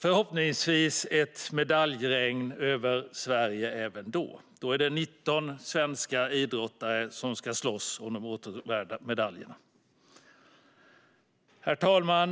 förhoppningsvis ett medaljregn över Sverige även då. Då är det 19 svenska idrottare som ska slåss om de åtråvärda medaljerna. Herr talman!